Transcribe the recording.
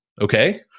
okay